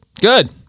Good